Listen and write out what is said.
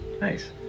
Nice